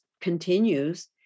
continues